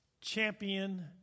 champion